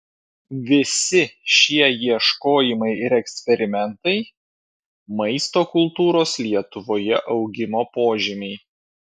visi šie ieškojimai ir eksperimentai maisto kultūros lietuvoje augimo požymiai